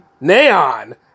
neon